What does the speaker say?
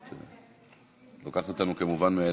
25)